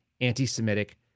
anti-Semitic